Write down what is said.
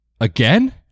again